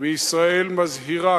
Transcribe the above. וישראל מזהירה,